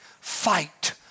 fight